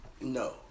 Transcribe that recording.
no